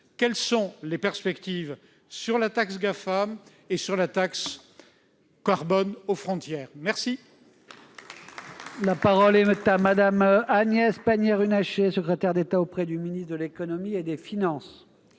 quelles sont les perspectives sur la taxe Gafam et sur la taxe carbone aux frontières ? La